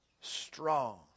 strong